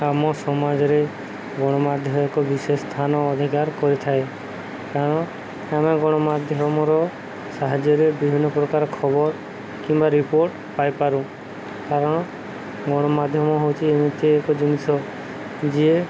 ଆମ ସମାଜରେ ଗଣମାଧ୍ୟ ଏକ ବିଶେଷ ସ୍ଥାନ ଅଧିକାର କରିଥାଏ କାରଣ ଆମେ ଗଣମାଧ୍ୟମର ସାହାଯ୍ୟରେ ବିଭିନ୍ନ ପ୍ରକାର ଖବର କିମ୍ବା ରିପୋର୍ଟ ପାଇପାରୁ କାରଣ ଗଣମାଧ୍ୟମ ହେଉଛି ଏମିତି ଏକ ଜିନିଷ ଯିଏ